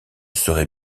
serai